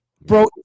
bro